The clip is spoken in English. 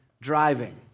driving